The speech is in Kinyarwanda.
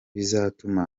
bizatuma